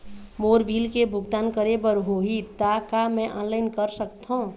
मोर bill के भुगतान करे बर होही ता का मैं ऑनलाइन कर सकथों?